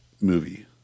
movie